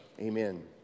Amen